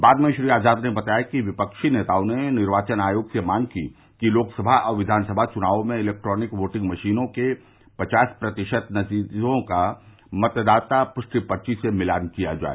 बाद में श्री आजाद ने बताया कि विपक्षी नेताओं ने निर्वाचन आयोग से मांग की कि लोकसभा और विधानसभा चुनावों में इलेक्ट्रॉनिक योटिंग मशीनों के पचास प्रतिशत नतीजों का मतदाता पुष्टि पर्ची से मिलान किया जाए